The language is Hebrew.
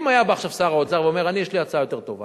אם היה בא עכשיו שר האוצר ואומר: יש לי הצעה יותר טובה.